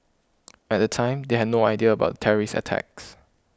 at the time they had no idea about the terrorist attacks